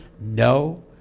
No